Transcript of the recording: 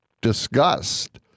discussed